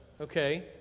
okay